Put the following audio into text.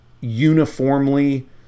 uniformly